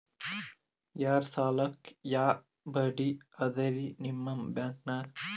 ಯಾ ಸಾಲಕ್ಕ ಯಾ ಬಡ್ಡಿ ಅದರಿ ನಿಮ್ಮ ಬ್ಯಾಂಕನಾಗ?